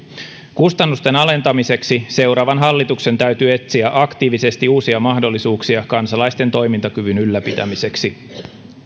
kustannusten alentamiseksi seuraavan hallituksen täytyy etsiä aktiivisesti uusia mahdollisuuksia kansalaisten toimintakyvyn ylläpitämiseksi